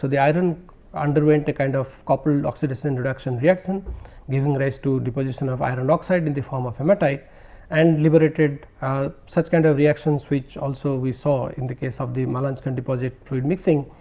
the iron undergoing the kind of copper and oxidation and reduction reaction giving rise to deposition of iron oxide in the form of hematite and liberated ah such kind of reactions which also we saw in the case of the malanjkhand deposit fluid mixing.